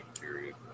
period